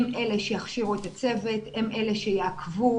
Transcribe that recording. הם אלה שיכשירו את הצוות, הם אלה שיעקבו,